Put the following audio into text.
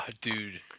Dude